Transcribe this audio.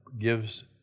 gives